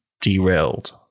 derailed